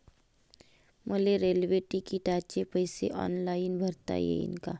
मले रेल्वे तिकिटाचे पैसे ऑनलाईन भरता येईन का?